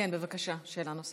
כן, בבקשה, שאלה נוספת.